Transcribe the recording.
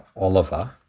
Oliver